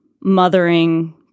mothering